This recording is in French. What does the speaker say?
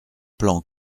plan